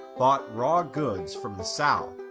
bought raw goods from the south,